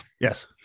Yes